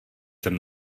jsem